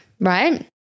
right